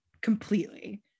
completely